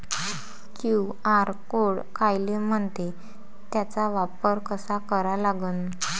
QR code कायले म्हनते, त्याचा वापर कसा करा लागन?